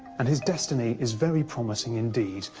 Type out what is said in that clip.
and his destiny is very promising indeed,